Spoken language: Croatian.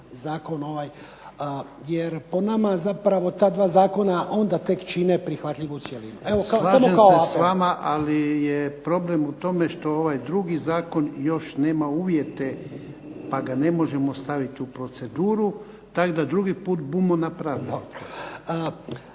zakon, jer tek onda po nama ta dva zakona čine prihvatljivu cjelinu. **Jarnjak, Ivan (HDZ)** Slažem se s vama, ali je problem u tome što još ovaj drugi Zakon nema uvjete pa ga ne možemo staviti u proceduru, tako da drugi puta budemo napravili.